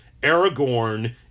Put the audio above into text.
Aragorn